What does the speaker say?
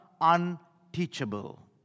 unteachable